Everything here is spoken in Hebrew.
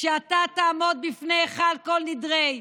כשאתה תעמוד בפני היכל כל נדרי,